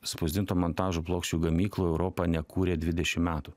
spausdinto montažo plokščių gamyklų europa nekūrė dvidešim metų